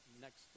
next